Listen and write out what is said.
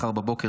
מחר בבוקר,